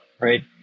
right